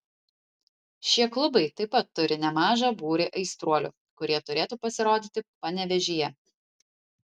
šie klubai taip pat turi nemažą būrį aistruolių kurie turėtų pasirodyti panevėžyje